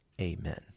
Amen